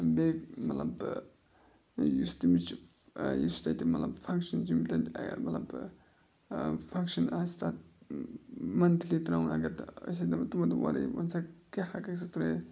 بیٚیہِ مطلب یُس تٔمِس چھِ یُس تَتہِ مطلب فَنگشَن چھِ یِم تَتہِ مطلب فَنٛگشَن آسہِ تَتھ مَنتھلی تراوُن اگر أسۍ ٲسۍ دَپان تمَن دوٚپ اورے وَنسا کیٛاہ ہیٚکَکھ ژٕ ترٲیِتھ